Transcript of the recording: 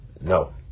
no